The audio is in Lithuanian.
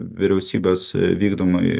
vyriausybės vykdomai